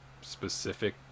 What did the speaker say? specific